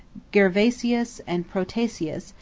gervasius and protasius,